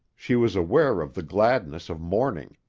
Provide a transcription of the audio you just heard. she was aware of the gladness of morning.